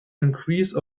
increase